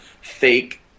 fake